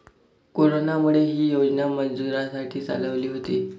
कोरोनामुळे, ही योजना मजुरांसाठी चालवली होती